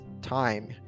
time